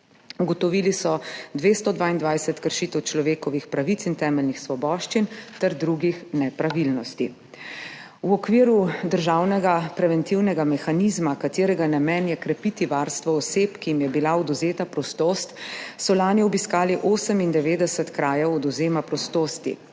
Ugotovili so 222 kršitev človekovih pravic in temeljnih svoboščin ter drugih nepravilnosti. V okviru Državnega preventivnega mehanizma, katerega namen je krepiti varstvo oseb, ki jim je bila odvzeta prostost, so lani obiskali 98 krajev odvzema prostosti,